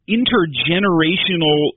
intergenerational